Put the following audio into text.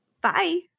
Bye